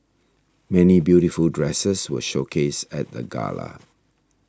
many beautiful dresses were showcased at the gala